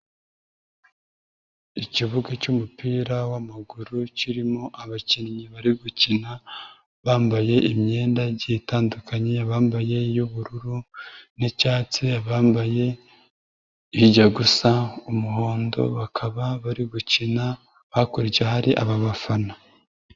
Ikibuga cy'umupira w'amaguru kirimo abakinnyi bari gukina, bambaye imyenda igiye itandukanye abambaye iy'ubururu n'icyatsi, abambaye ijya gusa umuhondo bakaba bari gukina hakurya hari ababafana.